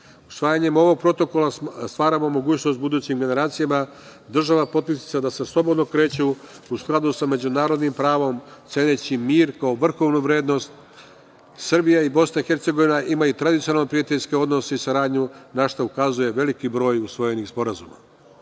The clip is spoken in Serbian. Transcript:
ovog protokola stvaramo mogućnost budućim generacijama, država potpisnica, da se slobodno kreću u skladu sa međunarodnim pravom, ceneći mir kao vrhovnu vrednost. Srbija i BiH imaju tradicionalno prijateljske odnose i saradnju na šta ukazuje veliki broj usvojenih sporazuma. Na